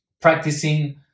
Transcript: practicing